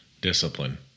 discipline